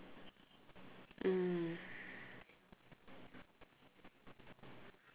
mm